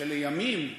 ולימים,